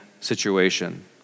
situation